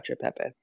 pepe